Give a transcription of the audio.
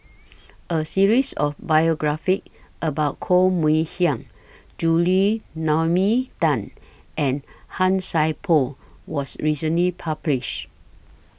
A series of biographies about Koh Mui Hiang Julie Naomi Tan and Han Sai Por was recently published